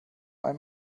allem